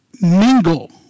mingle